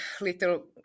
little